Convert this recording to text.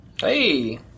Hey